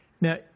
Now